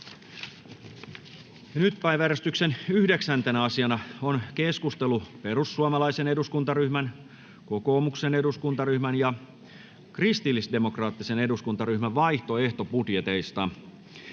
Päiväjärjestyksen 9. asiana on keskustelu perussuomalaisen eduskuntaryhmän, kokoomuksen eduskuntaryhmän ja kristillisdemokraattisen eduskuntaryhmän vaihtoehtobudjeteista.